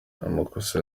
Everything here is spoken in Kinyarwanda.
amakosa